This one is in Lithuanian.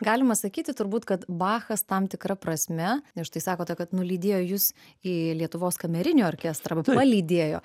galima sakyti turbūt kad bachas tam tikra prasme ir štai sakote kad nulydėjo jus į lietuvos kamerinį orkestrą palydėjo